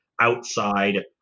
outside